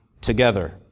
together